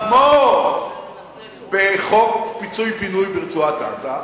כמו בחוק פינוי-פיצוי ברצועת-עזה,